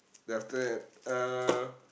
then after that uh